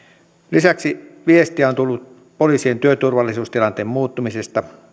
lisäksi viestiä on tullut poliisien työturvallisuustilanteen muuttumisesta